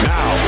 Now